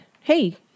hey